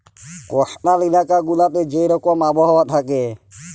coastal ইলাকা গুলাতে যে রকম আবহাওয়া থ্যাকে